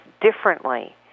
differently